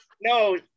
No